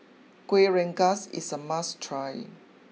Kuih Rengas is a must try